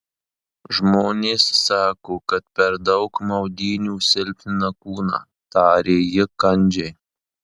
žmonės sako kad per daug maudynių silpnina kūną tarė ji kandžiai